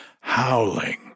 howling